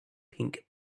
pink